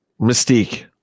Mystique